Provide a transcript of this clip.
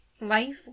life